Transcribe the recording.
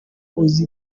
uzi